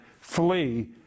Flee